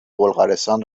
بلغارستان